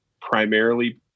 primarily